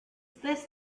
this